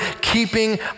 keeping